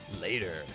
later